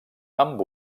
amb